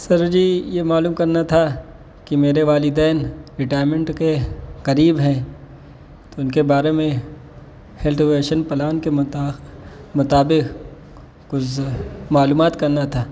سر جی یہ معلوم کرنا تھا کہ میرے والدین ریٹائرمنٹ کے قریب ہیں تو ان کے بارے میں ہیلتھ ویشن پلان کے مطا مطابق کچھ جو ہے معلومات کرنا تھا